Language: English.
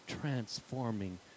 transforming